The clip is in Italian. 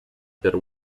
per